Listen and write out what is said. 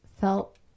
felt